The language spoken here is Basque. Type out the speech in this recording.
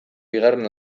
bigarren